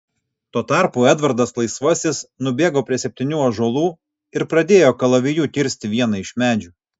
tuo tarpu edvardas laisvasis nubėgo prie septynių ąžuolų ir pradėjo kalaviju kirsti vieną iš medžių